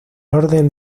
orden